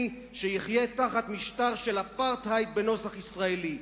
שיחיה תחת משטר של אפרטהייד בנוסח ישראלי.